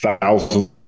thousands